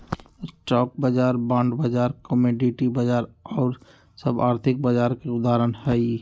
stock बाजार, bond बाजार, commodity बाजार आउर सभ आर्थिक बाजार के उदाहरण हइ